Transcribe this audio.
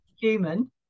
human